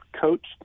coached